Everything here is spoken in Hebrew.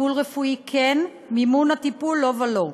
טיפול רפואי, כן, מימון הטיפול, לא ולא.